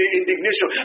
indignation